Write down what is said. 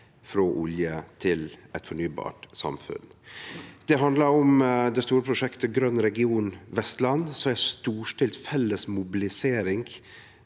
frå olje til eit fornybart samfunn. Det handlar om det store prosjektet Grøn region Vestland, som er ei storstilt felles mobilisering